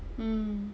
mm